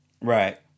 Right